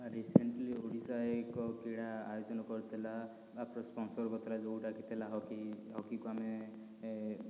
recently Odisha ଏକ କ୍ରୀଡ଼ା ଆୟୋଜନ କରିଥିଲା ବା ସ୍ପନ୍ସର୍ କରିଥିଲା ଯେଉଁଟା କି ଥିଲା ହକି ହକିକୁ ଆମେ